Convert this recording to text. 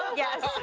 yes.